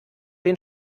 den